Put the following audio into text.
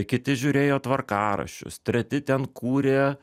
kiti žiūrėjo tvarkaraščius treti ten kūrė